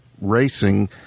racing